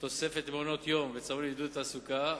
תוספת למעונות יום וצהרונים לעידוד תעסוקה,